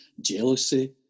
jealousy